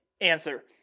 answer